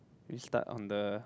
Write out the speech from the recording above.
we start on the